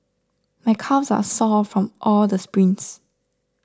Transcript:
my calves are sore from all the sprints